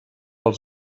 als